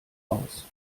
aus